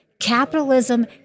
Capitalism